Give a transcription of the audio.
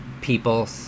people